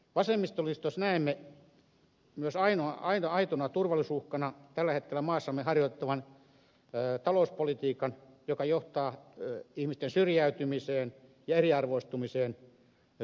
vasemmistoliitossa näemme myös aitona turvallisuusuhkana tällä hetkellä maassamme harjoitettavan talouspolitiikan joka johtaa ihmisten syrjäytymiseen ja eriarvoistumiseen suomalaisessa yhteiskunnassa